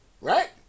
Right